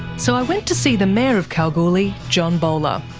so i went to see the mayor of kalgoorlie, john bowler.